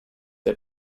der